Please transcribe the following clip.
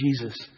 Jesus